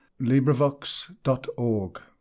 librivox.org